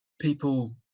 people